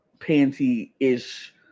panty-ish